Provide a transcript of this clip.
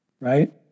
right